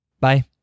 bye